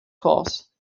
cause